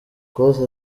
close